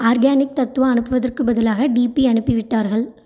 organic தத்துவா அனுப்புவதற்குப் பதிலாக டீபி அனுப்பிவிட்டார்கள்